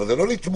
זה לא לתמוך